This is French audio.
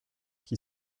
qui